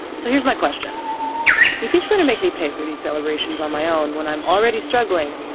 so here's my question if he's going to make me pay for these celebrations on my own when i'm already struggling.